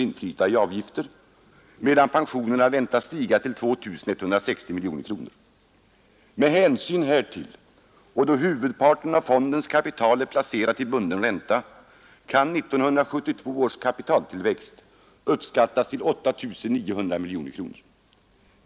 inflyta i avgifter, medan pensionerna väntas stiga till 2 160 mkr. Med hänsyn härtill och då huvudparten av fondens kapital är placerat till bunden ränta, kan 1972 års kapitaltillväxt uppskattas till 8 900 mkr.